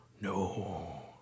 No